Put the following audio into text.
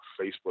Facebook